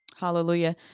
Hallelujah